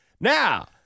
Now